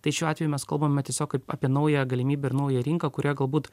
tai šiuo atveju mes kalbame tiesiog ap apie naują galimybę ir naują rinką kurioje galbūt